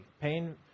Pain